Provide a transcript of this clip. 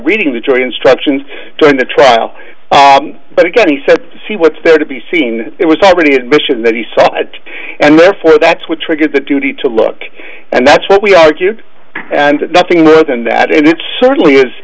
reading the jury instructions during the trial but again he said she what's there to be seen it was already admission that he sat and therefore that's what triggered the duty to look and that's what we argued and nothing more than that and it certainly is